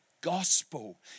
gospel